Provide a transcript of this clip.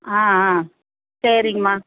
ஆ ஆ சரிங்கம்மா